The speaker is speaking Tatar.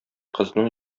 кызның